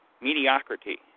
mediocrity